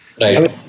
right